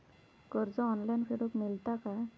कर्ज ऑनलाइन फेडूक मेलता काय?